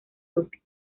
duque